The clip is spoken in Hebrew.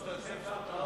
אני ראיתי את זה.